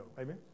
Amen